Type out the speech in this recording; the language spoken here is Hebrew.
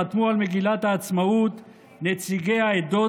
חתמו על מגילת העצמאות נציגי העדות